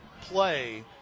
play